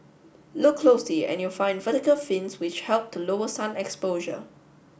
look closely and you'll find vertical fins which help to lower sun exposure